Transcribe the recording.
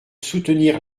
soutenir